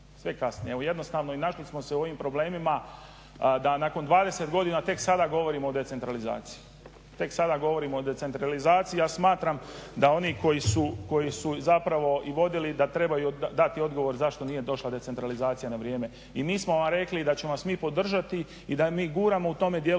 sve kasno. Evo jednostavno i našli smo se u ovim problemima da nakon 20 godina tek sada govorimo o decentralizaciji, tek sada govorimo o decentralizaciji. Ja smatram da oni koji su zapravo i vodili da trebaju dati odgovor zašto nije došla decentralizacija na vrijeme i mi smo vam rekli da ćemo vas mi podržati i da mi guramo u tome dijelu